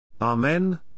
Amen